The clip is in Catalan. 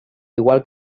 igual